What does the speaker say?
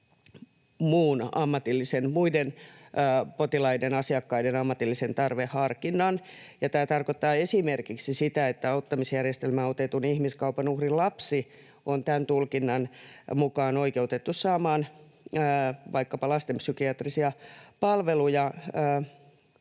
muiden potilaiden, asiakkaiden ammatillisen tarveharkinnan. Tämä tarkoittaa esimerkiksi sitä, että auttamisjärjestelmään otetun ihmiskaupan uhrin lapsi on tämän tulkinnan mukaan oikeutettu saamaan vaikkapa lasten psykiatrisia palveluja